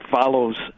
follows